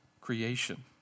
creation